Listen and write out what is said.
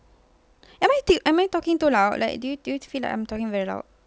am I am I talking too loud like do you do you feel like I'm talking very loud